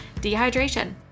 dehydration